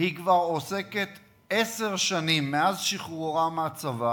היא כבר עוסקת עשר שנים, מאז שחרורה מהצבא,